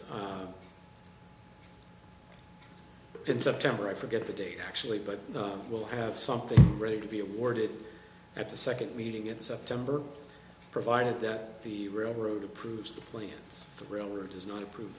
opened in september i forget the date actually but we'll have something ready to be awarded at the second meeting in september provided that the railroad approves the plans for the railroad does not approve